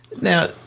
Now